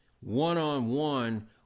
one-on-one